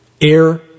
Air